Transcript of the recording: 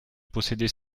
posséder